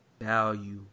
value